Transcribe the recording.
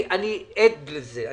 אני עד לזה,